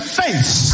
face